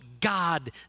God